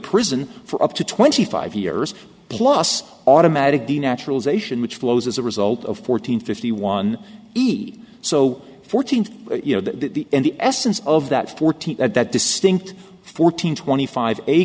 prison for up to twenty five years plus automatic the naturalization which flows as a result of fourteen fifty one easy so fourteenth you know that and the essence of that fourteenth at that distinct fourteen twenty five a